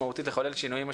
כמו שיריב אמר,